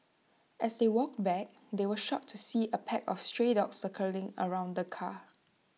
as they walked back they were shocked to see A pack of stray dogs circling around the car